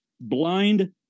Blind